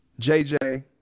JJ